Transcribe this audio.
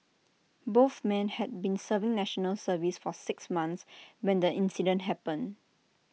both men had been serving National Service for six months when the incident happened